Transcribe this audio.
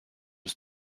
was